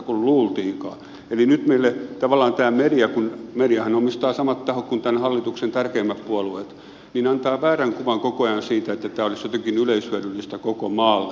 eli nyt meille tavallaan tämä media kun medianhan omistavat samat tahot kuin tämän hallituksen tärkeimmät puolueet antaa väärän kuvan koko ajan siitä että tämä olisi jotenkin yleishyödyllistä koko maalle